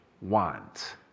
want